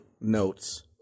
notes